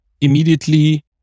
immediately